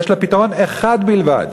יש לה פתרון אחד בלבד: